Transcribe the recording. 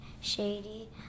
Shady